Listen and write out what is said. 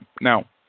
Now